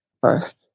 first